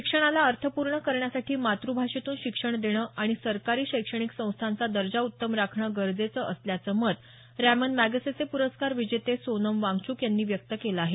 शिक्षणाला अर्थपूर्ण करण्यासाठी मातुभाषेतून शिक्षण देणं आणि सरकारी शैक्षणिक संस्थांचा दर्जा उत्तम राखणं गरजेचं असल्याचं मत रॅमन मॅगसेसे पुरस्कार विजेते सोनम वांगच्क यांनी व्यक्त केलं आहे